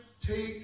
take